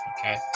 Okay